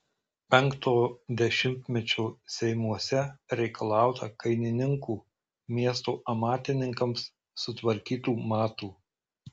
penkto dešimtmečio seimuose reikalauta kainininkų miesto amatininkams sutvarkytų matų